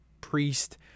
priest